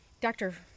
Doctor